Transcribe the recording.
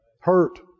hurt